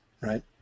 right